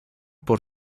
por